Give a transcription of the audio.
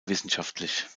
wissenschaftlich